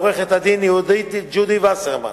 לעורכת-דין יהודית ג'ודי וסרמן